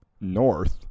north